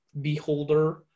Beholder